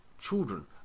children